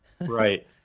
Right